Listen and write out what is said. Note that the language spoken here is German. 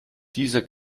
dieser